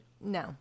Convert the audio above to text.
no